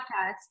podcast